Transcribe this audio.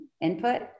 input